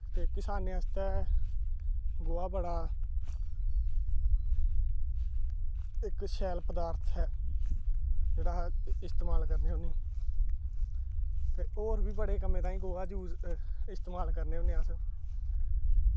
ते कसानें आस्तै गोहा बड़ा इक बड़ा शैल पदार्थ ऐ जेह्ड़ा इस्तेमाल करने होन्ने होर बी बड़े कम्में ताहीं गोहा इस्तेमाल करने होन्ने अस